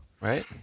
Right